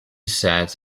sat